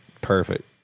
Perfect